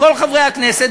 כל חברי הכנסת,